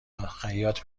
خیاط